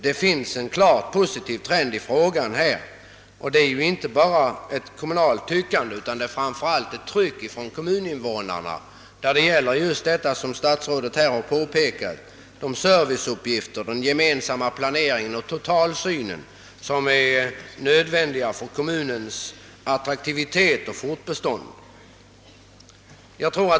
Det finns en klart positiv trend i kommunerna — inte bara ett kommunalt tyckande utan ett tryck från kommuninvånarna på de områden som statsrådet här nämnde, nämligen vad gäller serviceuppgifter, gemensam planering och den totalsyn som är nödvändig för kommunernas attraktivitet och fortbestånd.